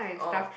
orh